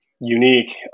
unique